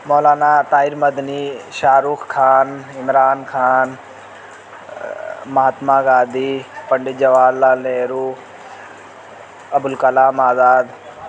Maulana Tahir Madani Shah Rukh Khan Imran Khan Mahatma Gandhi Pandit Jawahar Lal Nehru Abul Kalam Azad